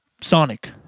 sonic